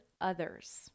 others